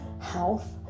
health